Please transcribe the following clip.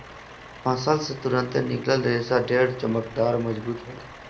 फसल से तुरंते निकलल रेशा ढेर चमकदार, मजबूत होला